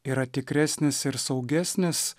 yra tikresnis ir saugesnis